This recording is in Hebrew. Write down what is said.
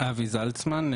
אבי זלצמן,